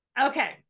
Okay